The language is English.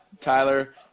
Tyler